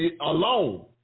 alone